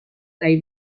dai